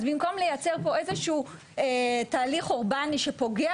אז במקום לייצר פה איזשהו תהליך אורבני שפוגע